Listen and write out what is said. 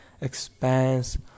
expands